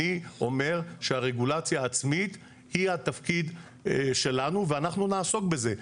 אני אומר שהרגולציה העצמית היא התפקיד שלנו ואנחנו נעסוק בזה.